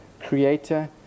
Creator